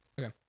Okay